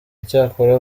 icyakora